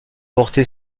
porté